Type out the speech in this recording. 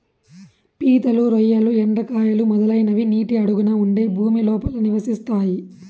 పీతలు, రొయ్యలు, ఎండ్రకాయలు, మొదలైనవి నీటి అడుగున ఉండే భూమి లోపల నివసిస్తాయి